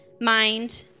mind